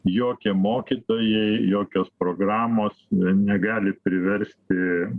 jokie mokytojai jokios programos negali priversti